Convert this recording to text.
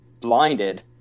blinded